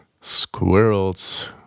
squirrels